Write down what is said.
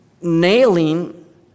nailing